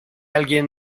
alguien